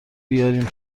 بیارین